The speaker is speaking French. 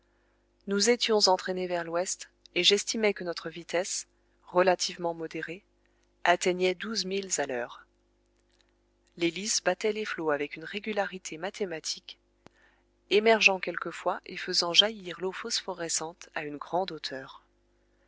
nous étions entraînés vers l'ouest et j'estimai que notre vitesse relativement modérée atteignait douze milles à l'heure l'hélice battait les flots avec une régularité mathématique émergeant quelquefois et faisant jaillir l'eau phosphorescente à une grande hauteur